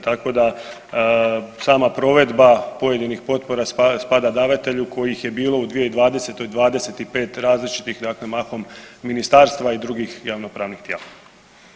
Tako da sama provedba pojedinih potpora spada davatelju kojih je bilo u 2020. 25 različitih, dakle mahom ministarstava i drugih javnopravnih tijela.